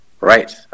right